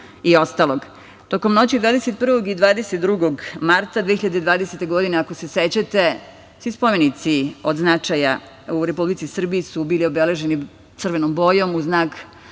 i ostalog. Tokom noći 21. i 22. marta 2020. godine, ako se sećate, svi spomenici od značaja u Republici Srbiji su bili obeleženi crvenom bojom u znak